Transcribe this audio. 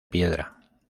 piedra